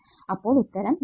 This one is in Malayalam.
അപ്പോൾ ഉത്തരം നാല്